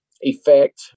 effect